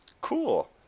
cool